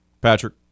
Patrick